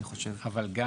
אני חושב.